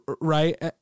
right